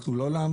אנחנו לא נעמוד.